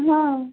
ହଁ